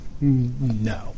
no